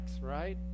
right